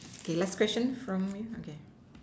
okay last question from you okay